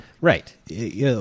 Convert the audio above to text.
right